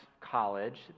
college